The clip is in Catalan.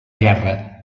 guerra